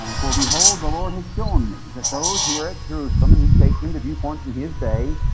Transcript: for behold, the lord has shown me that those who were at jerusalem, and he's taking the viewpoint from his day,